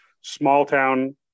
small-town